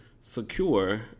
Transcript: secure